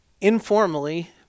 informally